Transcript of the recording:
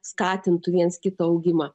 skatintų viens kito augimą